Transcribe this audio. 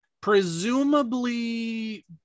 presumably